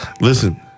Listen